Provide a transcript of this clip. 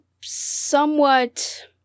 somewhat